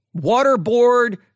waterboard